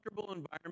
environment